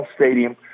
stadium